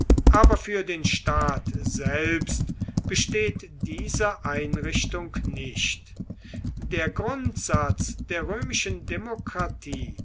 aber für den staat selbst besteht diese einrichtung nicht der grundsatz der römischen demokratie